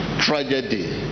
tragedy